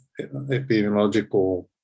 epidemiological